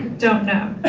don't know.